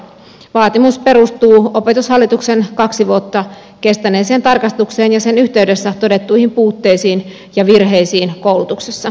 vaatimus perustuu opetushallituksen kaksi vuotta kestäneeseen tarkastukseen ja sen yhteydessä todettuihin puutteisiin ja virheisiin koulutuksessa